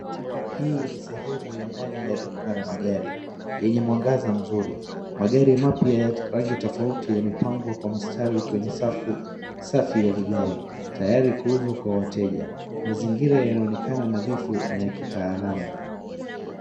Hii ni sehemu ya ndani ya duka la magari yenye mwangaza mzuri. Magari mapya ya rangi tofauti yamepangwa kwa mstari kwenye safu safi ya vigae tayari kuuzwa kwa wateja mazingira yanaonekana nadhifu na ya kitaalamu.